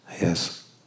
Yes